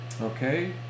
Okay